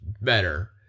better